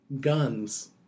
guns